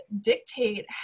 dictate